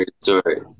story